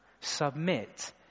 Submit